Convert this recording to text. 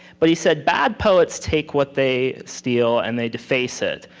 but he said, bad poets take what they steel and they deface it.